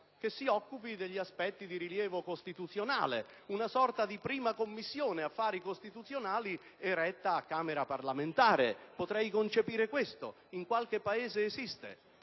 che si occupi degli aspetti di rilievo costituzionale, una sorta di Commissione affari costituzionali eretta a Camera parlamentare. Potrei concepire questo; in qualche Paese esiste,